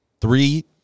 three